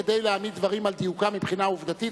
כדי להעמיד דברים על דיוקם מבחינה עובדתית,